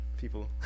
people